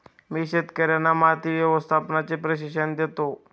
मी शेतकर्यांना माती व्यवस्थापनाचे प्रशिक्षण देतो